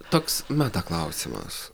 toks meta klausimas